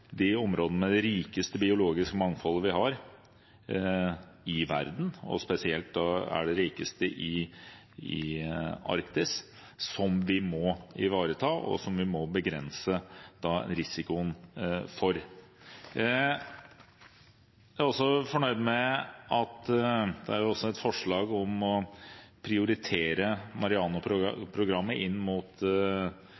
rikeste biologiske mangfoldet. Spesielt er det de rikeste områdene i Arktis som vi må ivareta og begrense risikoen for. Jeg er også fornøyd med at det er et forslag om å prioritere